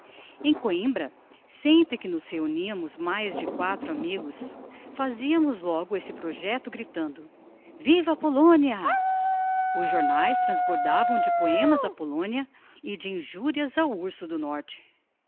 em coimbra sempre que nos reuniamos mais de quatro amigos faziamos logo esse projecto gritando viva a polonia os jornaes transbordavam de poemas á polonia e de injurias ao urso do norte